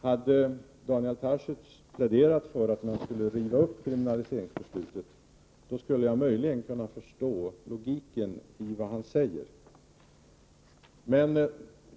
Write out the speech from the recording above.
Hade Daniel Tarschys pläderat för att kriminaliseringsbeslutet skulle rivas upp, skulle jag möjligen kunna förstå logiken i hans resonemang.